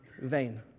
Vain